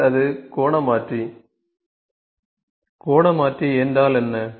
பின்னர் அது கோண மாற்றி கோண மாற்றி என்றால் என்ன